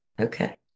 Okay